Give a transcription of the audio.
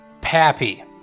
Pappy